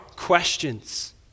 Questions